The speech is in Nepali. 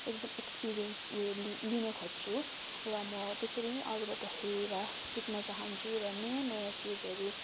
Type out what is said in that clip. एकदम एक्सपेरियन्स् उयो लिन खोज्छु र म त्यसरी नै अरूबाट हेरेर सिक्न चाहन्छु र नयाँ नयाँ चिजहरू